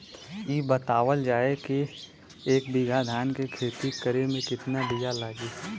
इ बतावल जाए के एक बिघा धान के खेती करेमे कितना बिया लागि?